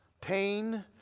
pain